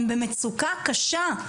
הם במצוקה קשה,